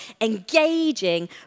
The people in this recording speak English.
engaging